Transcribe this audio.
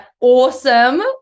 awesome